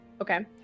Okay